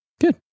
Good